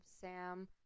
Sam